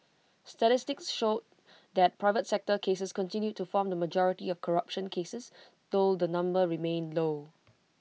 statistics showed that private sector cases continued to form the majority of corruption cases though the number remained low